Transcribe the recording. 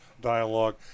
dialogue